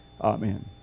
Amen